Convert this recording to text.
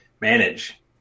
manage